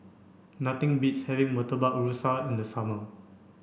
nothing beats having Murtabak Rusa in the summer